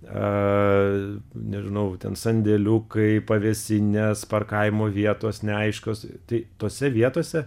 na nežinau ten sandėliukai pavėsines parkavimo vietos neaiškios tai tose vietose